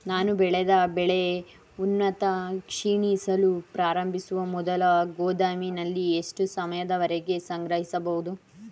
ನಾನು ಬೆಳೆದ ಬೆಳೆ ಉತ್ಪನ್ನ ಕ್ಷೀಣಿಸಲು ಪ್ರಾರಂಭಿಸುವ ಮೊದಲು ಗೋದಾಮಿನಲ್ಲಿ ಎಷ್ಟು ಸಮಯದವರೆಗೆ ಸಂಗ್ರಹಿಸಬಹುದು?